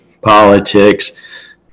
politics